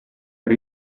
per